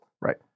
Right